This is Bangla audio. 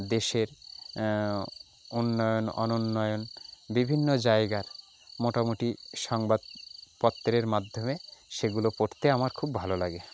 দেশের উন্নয়ন অনুন্নয়ন বিভিন্ন জায়গার মোটামোটি সাংবাদপত্রের মাধ্যমে সেগুলো পড়তে আমার খুব ভালো লাগে